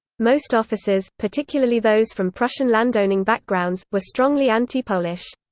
most officers, particularly those from prussian landowning backgrounds, were strongly anti-polish.